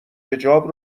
حجاب